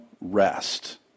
rest